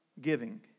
giving